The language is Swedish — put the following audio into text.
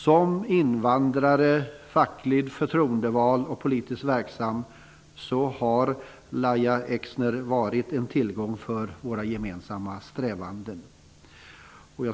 Som invandrare, fackligt förtroendevald och politiskt verksam har Lahja Exner varit en tillgång för våra gemensamma strävanden.